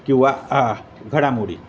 किंवा आ घडामोडी